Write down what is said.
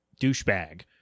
douchebag